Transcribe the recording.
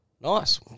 Nice